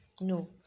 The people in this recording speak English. no